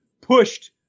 pushed